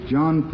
John